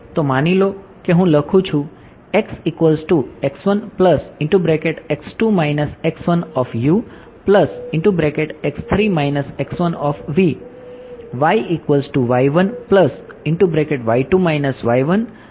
તો માની લો કે હું લખું છું